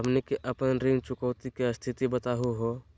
हमनी के अपन ऋण चुकौती के स्थिति बताहु हो?